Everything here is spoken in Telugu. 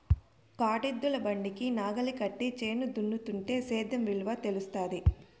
కాడెద్దుల బండికి నాగలి కట్టి చేను దున్నుతుంటే సేద్యం విలువ తెలుస్తాది